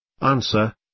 Answer